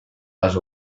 les